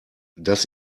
das